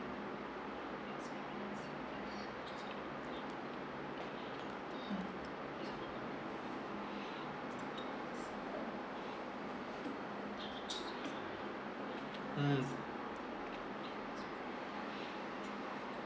mm